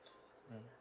mm